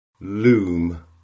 loom